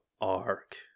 Ark